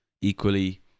Equally